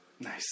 Nice